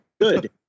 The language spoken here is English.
good